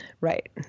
Right